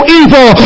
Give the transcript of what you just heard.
evil